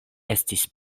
estis